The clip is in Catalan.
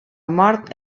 mort